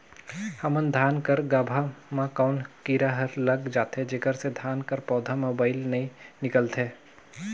हमर धान कर गाभा म कौन कीरा हर लग जाथे जेकर से धान कर पौधा म बाएल नइ निकलथे?